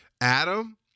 Adam